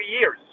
years